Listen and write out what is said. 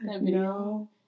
No